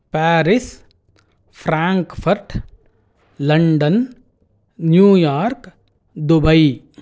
Paris Frankfurt London New York Dubai